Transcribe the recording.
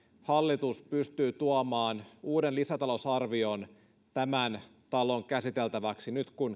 hallitus pystyy tuomaan uuden lisätalousarvion tämän talon käsiteltäväksi nyt kun